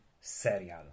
serial